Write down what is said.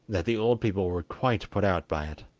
that the old people were quite put out by it.